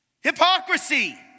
Hypocrisy